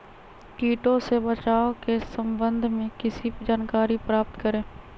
किटो से बचाव के सम्वन्ध में किसी जानकारी प्राप्त करें?